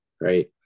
right